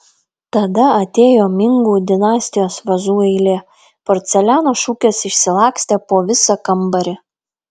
tada atėjo mingų dinastijos vazų eilė porceliano šukės išsilakstė po visą kambarį